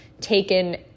taken